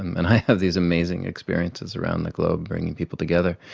and i have these amazing experiences around the globe bringing people together,